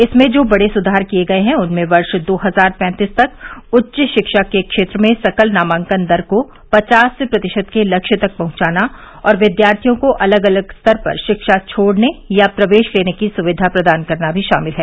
इसमें जो बड़े सुधार किए गए हैं उनमें वर्ष दो हजार पैंतीस तक उच्च शिक्षा के क्षेत्र में सकल नामांकन दर को पचास प्रतिशत के लक्ष्य तक पहुंचाना और विद्यार्थियों को अलग अलग स्तर पर शिक्षा छोड़ने या प्रवेश लेने की सुविधा प्रदान करना भी शामिल है